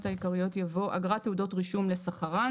העיקריות יבוא: "אגרת תעודות רישום לסחרן",